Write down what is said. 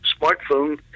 smartphone